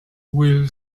will